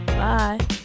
Bye